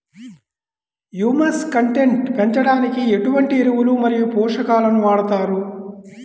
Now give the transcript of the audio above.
Humus content పెంచడానికి ఎటువంటి ఎరువులు మరియు పోషకాలను వాడతారు?